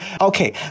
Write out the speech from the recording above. Okay